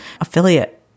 affiliate